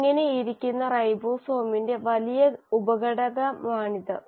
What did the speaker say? അങ്ങനെ ഇരിക്കുന്ന റൈബോസോമിന്റെ വലിയ ഉപഘടകമാണിത്